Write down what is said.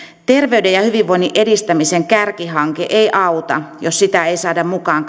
terveyden ja hyvinvoinnin edistämisen kärkihanke ei auta jos sitä ei saada mukaan